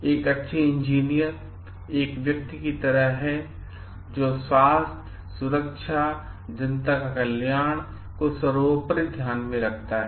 एक अच्छे इंजीनियर एक व्यक्ति की तरह है जो स्वास्थ्य सुरक्षा और जनता का कल्याण को सर्वोपरि ध्यान में रखता है